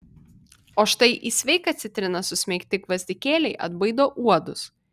o štai į sveiką citriną susmeigti gvazdikėliai atbaido uodus